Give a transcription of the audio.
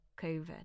COVID